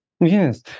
Yes